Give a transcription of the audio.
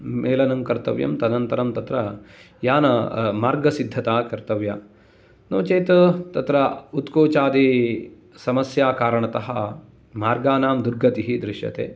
मेलनं कर्तव्यं तदन्तरं तत्र यानमार्ग सिद्धता कर्तव्या नो चेत् तत्र उत्कोचादे समस्याकारणतः मार्गानां दुर्गतिः दृश्यते